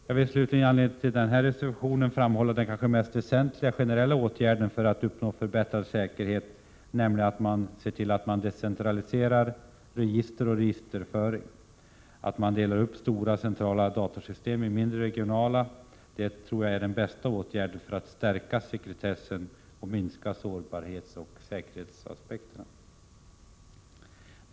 Jag vill slutligen i anslutning till denna reservation framhålla den kanske mest väsentliga generella åtgärden för att uppnå förbättrad säkerhet, nämligen att decentralisera register och registerföring. Att dela upp stora, centrala datorsystem i mindre, regionala är troligen den bästa åtgärden för att stärka sekretessen och minska sårbarhetsoch säkerhetsriskerna.